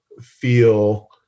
feel